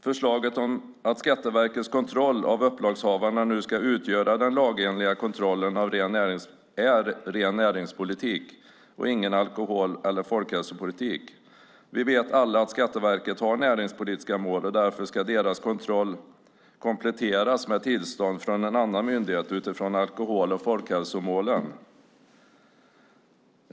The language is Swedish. Förslaget att Skatteverkets kontroll av upplagshavarna nu ska utgöra den lagenliga kontrollen är ren näringspolitik och ingen alkohol eller folkhälsopolitik. Vi vet alla att Skatteverket har näringspolitiska mål och därför ska deras kontroll kompletteras med tillstånd från en annan myndighet utifrån alkohol och folkhälsomålen.